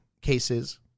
cases